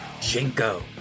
Jinko